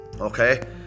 okay